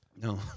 No